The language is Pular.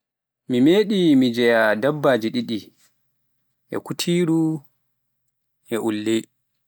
mi medi mi jeyaa dabbaji ɗiɗi e kutiru e ulle.